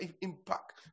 impact